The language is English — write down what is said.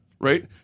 right